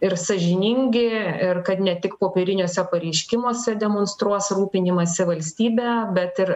ir sąžiningi ir kad ne tik popieriniuose pareiškimuose demonstruos rūpinimąsi valstybe bet ir